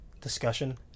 discussion